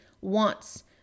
wants